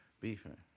beefing